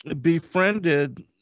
befriended